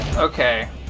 Okay